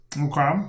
Okay